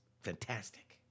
fantastic